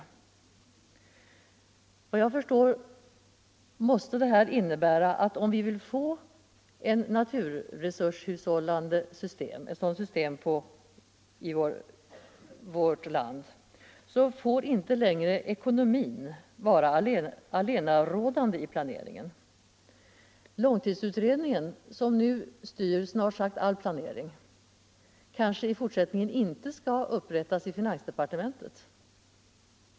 Efter vad jag förstår måste det här innebära att om vi vill få ett naturresurshushållande system i vårt land, så får inte längre ekonomin vara allenarådande i planeringen. Långtidsutredningen, som nu styr snart sagt all planering, kanske i fortsättningen inte skall upprättas i finansdepartementet.